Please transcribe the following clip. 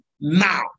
now